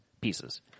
pieces